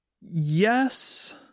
yes